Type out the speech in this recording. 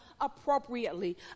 appropriately